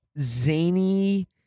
zany